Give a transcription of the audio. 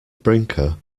brinker